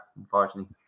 unfortunately